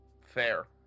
Fair